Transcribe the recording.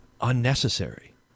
unnecessary